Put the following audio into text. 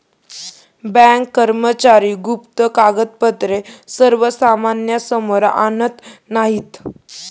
bank कर्मचारी गुप्त कागदपत्रे सर्वसामान्यांसमोर आणत नाहीत